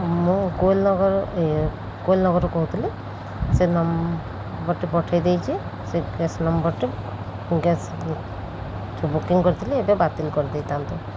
ମୁଁ କୋଇଲ୍ନଗର ଏ କୋଇଲ୍ନଗରରୁ କହୁଥିଲି ସେ ନମ୍ବର୍ଟି ପଠାଇଦେଇଛି ସେ ଗ୍ୟାସ୍ ନମ୍ବର୍ଟି ଗ୍ୟାସ୍ ବୁକିଂ କରିଥିଲି ଏବେ ବାତିଲ କରିଦେଇଥାନ୍ତୁ